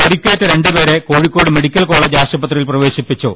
പരുക്കേറ്റ രണ്ട് പേരെ കോഴിക്കോട് മെഡിക്കൽ കോളെജ് ആശുപത്രിയിൽ പ്രവേശിപ്പിച്ചു